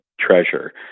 treasure